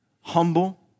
humble